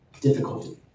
difficulty